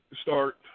start